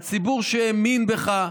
הציבור שהאמין בך,